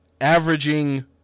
averaging